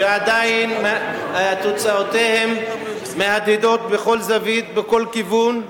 שעדיין תוצאותיהן מהדהדות בכל זווית, בכל כיוון.